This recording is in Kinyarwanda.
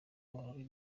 ururimi